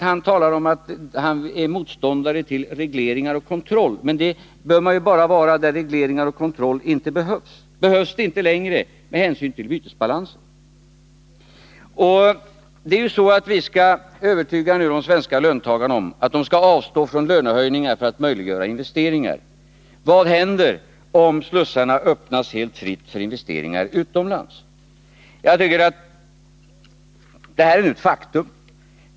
Han talar om att han är motståndare till regleringar och kontroll, men det kan man ju vara i de fall där regleringar och kontroll inte behövs. Behövs sådana inte längre med hänsyn till bytesbalansen? Vi skall ju nu övertyga de svenska löntagarna om att de skall avstå från lönehöjningar för att möjliggöra investeringar. Vad händer om slussarna öppnas helt för investeringar utomlands? Detta är nu ett faktum.